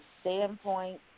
standpoint